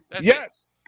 Yes